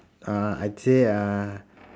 uh I say uh